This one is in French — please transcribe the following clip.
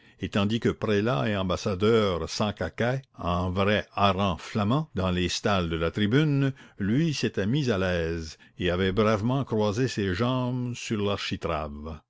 et tandis que prélats et ambassadeurs s'encaquaient en vrais harengs flamands dans les stalles de la tribune lui s'était mis à l'aise et avait bravement croisé ses jambes sur